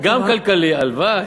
הלוואי.